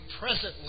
presently